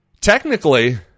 technically